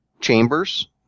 chambers